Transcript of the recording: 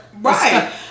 right